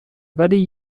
ولی